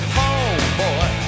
homeboy